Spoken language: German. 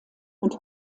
und